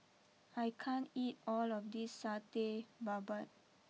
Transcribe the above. I can't eat all of this Satay Babat